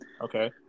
okay